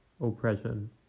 oppression